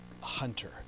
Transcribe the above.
hunter